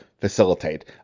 facilitate